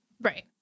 right